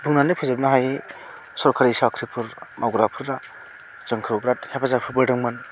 बुंनानै फोजोबनो हायि सरकारि साख्रिफोर मावग्राफोरा जोंखौ बेराद हेफाजाब होबोदोंमोन